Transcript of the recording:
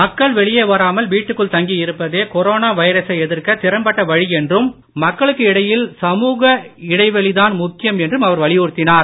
மக்கள் வெளியே வராமல் வீட்டிற்குள் தங்கி இருப்பதே கொரோனா வைரசை எதிர்க்க திறம்பட்ட வழி என்றும் மக்களுக்கு இடையில் சமூக இடைவெளிதான் முக்கியம் என்றும் அவர் வலியுறுத்தினார்